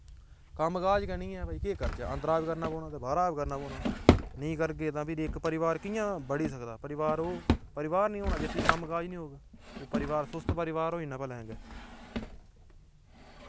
कम्मकाज गै नि ऐ भाई केह् करचै अंदरा बी करने पौना ते बाह्रा बी करने पौना नेईं करगे तां फिरी इक परिवार कि'यां बढ़ी सकदा परिवार ओह् परिवार नि होना जित च कम्मकाज नि होग ओह् परिवार सुस्त परिवार होई जाना भलेआं गै